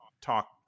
talk